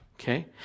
Okay